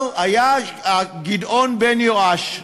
היה גדעון בן יואש,